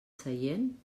seient